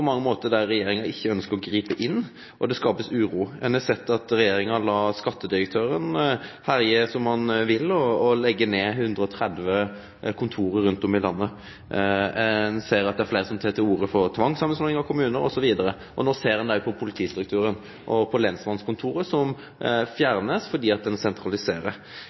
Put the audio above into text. mange måtar ikkje ønskt å gripe inn. Det har skapt uro. Ein har sett at regjeringa lèt skattedirektøren herje som han vil og leggje ned 130 kontor rundt om i landet. Ein ser at fleire tek til orde for tvangssamanslåing av kommunar, osv. No ser ein òg på politistrukturen og på lensmannskontora, som blir fjerna fordi ein sentraliserer.